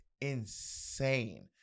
insane